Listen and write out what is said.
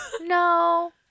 No